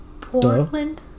Portland